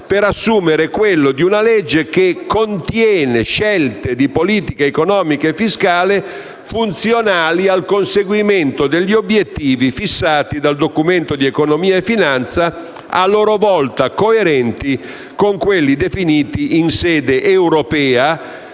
per assumere quello di una legge che contiene scelte di politica economica e fiscale funzionali al conseguimento degli obiettivi fissati dal Documento di economia e finanza, a loro volta coerenti con quelli definiti in sede europea